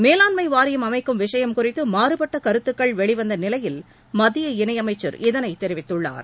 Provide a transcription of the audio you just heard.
மேலாண்மை வாரியம் அமைக்கும் விஷயம் குறித்து மாறுப்பட்ட கருத்துக்கள் வெளிவந்த நிலையில் மத்திய இணையமைச்சர் இதனைத் தெரிவித்துள்ளார்